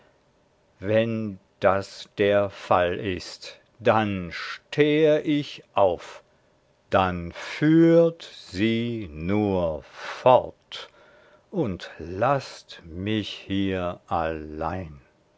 wenn das der fall ist dann stehe ich auf dann führt sie nur fort und laßt mich hier allein